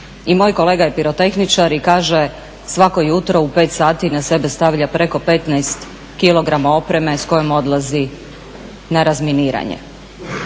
I moj kolega je pirotehničar i kaže svako jutro u 5 sati na sebe stavlja preko 15 kg opreme s kojom odlazi na razminiranje.